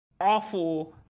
awful